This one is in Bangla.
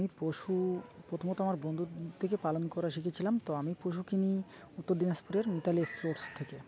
আমি পশু প্রথমত আমার বন্ধু থেকে পালন করা শিখেছিলাম তো আমি পশু কিনি উত্তর দিনাজপুরের মিতালি থেকে